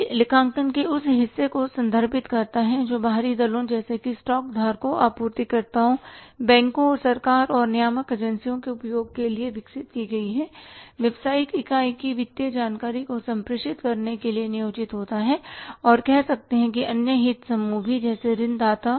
यह लेखांकन के उस हिस्से को संदर्भित करता है जो बाहरी दलों जैसे स्टॉक धारकों आपूर्तिकर्ताओं बैंकों और सरकार और नियामक एजेंसियों के उपयोग के लिए विकसित की गई व्यावसायिक इकाई की वित्तीय जानकारी को संप्रेषित करने के लिए नियोजित होता है और कह सकते है कि अन्य हित समूह भी जैसे ऋण दाता